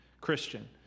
Christian